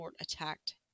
attacked